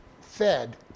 fed